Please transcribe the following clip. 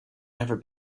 never